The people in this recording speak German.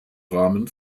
rahmen